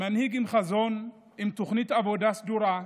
מנהיג עם חזון, עם תוכנית עבודה סדורה,